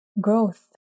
growth